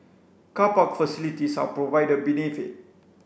car park facilities are provided beneath it